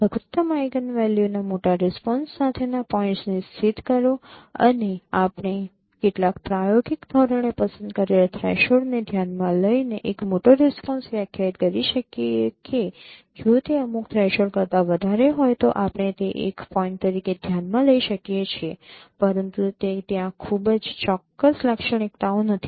લઘુત્તમ આઇગનવેલ્યુના મોટા રિસ્પોન્સ સાથેના પોઇન્ટ્સને સ્થિત કરો અને આપણે કેટલાક પ્રાયોગિક ધોરણે પસંદ કરેલ થ્રેશોલ્ડને ધ્યાનમાં લઈને એક મોટો રિસ્પોન્સ વ્યાખ્યાયિત કરી શકીએ છીએ કે જો તે અમુક થ્રેશોલ્ડ કરતા વધારે હોય તો આપણે તે એક પોઈન્ટ તરીકે ધ્યાન માં લઈ શકીએ છીએ પરંતુ તે ત્યાં ખૂબ જ ચોક્કસ લાક્ષણિકતાઓ નથી